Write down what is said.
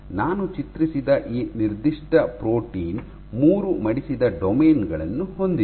ನಾನು ಚಿತ್ರಿಸಿದ ಈ ನಿರ್ದಿಷ್ಟ ಪ್ರೋಟೀನ್ ಮೂರು ಮಡಿಸಿದ ಡೊಮೇನ್ ಗಳನ್ನು ಹೊಂದಿದೆ